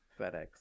FedEx